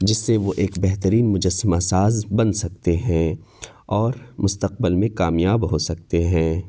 جس سے وہ ایک بہترین مجسمہ ساز بن سکتے ہیں اور مستقبل میں کامیاب ہو سکتے ہیں